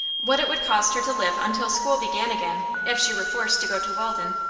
what it would cost her to live until school began again, if she were forced to go to walden,